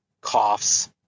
coughs